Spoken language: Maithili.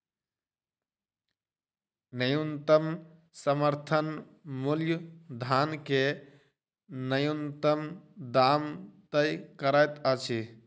न्यूनतम समर्थन मूल्य धान के न्यूनतम दाम तय करैत अछि